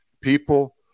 people